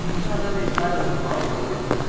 yeah that is kind of the problem with,